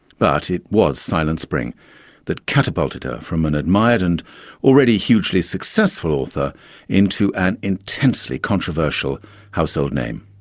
but it was silent spring that catapulted her from an admired and already hugely successful author into an intensely controversial household name.